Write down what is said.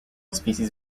species